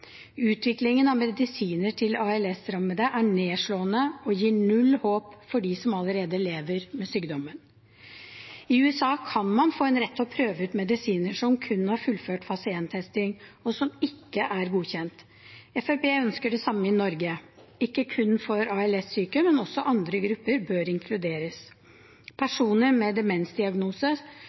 Utviklingen av medisiner til de ALS-rammede er nedslående og gir null håp for dem som allerede lever med sykdommen. I USA kan man få en rett til å prøve ut medisiner som kun har fullført fase I-testing, og som ikke er godkjent. Fremskrittspartiet ønsker det samme i Norge, ikke kun for ALS-syke, men også andre grupper bør inkluderes. Personer med demensdiagnose,